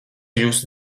jūsu